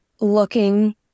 looking